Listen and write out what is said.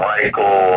Michael